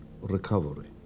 recovery